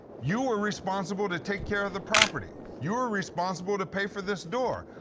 you were responsible to take care of the property, you were responsible to pay for this door.